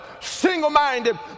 single-minded